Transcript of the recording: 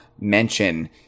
mention